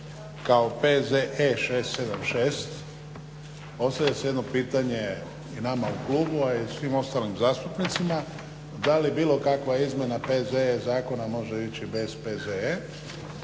kao PZE 676 postavlja se jedno pitanje i nama u klubu a i svim ostalim zastupnicima, da li bilo kakva izmjena zakona PZ zakona može ići bez PZE.